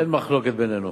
אין מחלוקת בינינו.